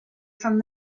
from